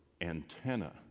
antenna